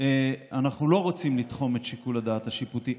אנחנו לא רוצים לתחום את שיקול הדעת השיפוטי,